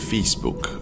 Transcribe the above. Facebook